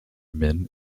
men